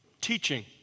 teaching